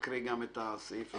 תקריא גם הסעיף הבא.